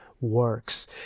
works